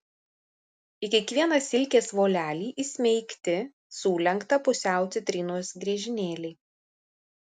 į kiekvieną silkės volelį įsmeigti sulenktą pusiau citrinos griežinėlį